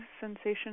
sensation